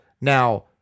Now